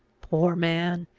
poor man!